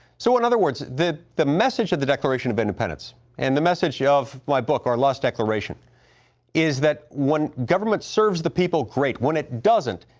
so in other words the the message of the declaration of independence and the message of my book our lost declaration is that when government serves the people, great. when it doesn't,